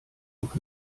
noch